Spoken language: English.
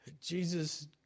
Jesus